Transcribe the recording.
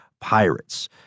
pirates